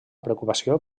preocupació